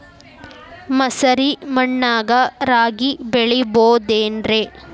ಮಸಾರಿ ಮಣ್ಣಾಗ ರಾಗಿ ಬೆಳಿಬೊದೇನ್ರೇ?